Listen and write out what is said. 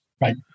Right